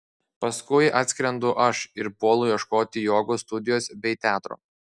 paskui atskrendu aš ir puolu ieškoti jogos studijos bei teatro